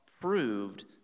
proved